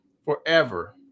forever